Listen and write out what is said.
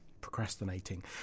procrastinating